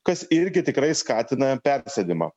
kas irgi tikrai skatina persėdimą